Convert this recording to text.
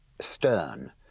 stern